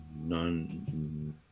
None